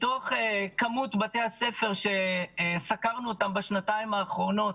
מתוך כמות בתי הספר שסָקַרנו אותם בשנתיים האחרונות,